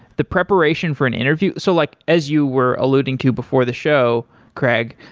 the preparation for an interview so like as you were alluding to before the show, craig,